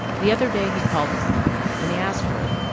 the other day, he called his mom. and he asked her,